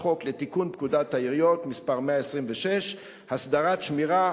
חוק לתיקון פקודת העיריות (מס' 126) (הסדרת שמירה,